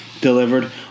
delivered